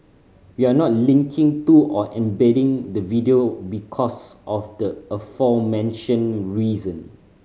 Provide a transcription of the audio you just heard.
we're not linking to or embedding the video because of the aforementioned reason